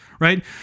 right